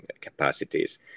capacities